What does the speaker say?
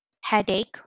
headache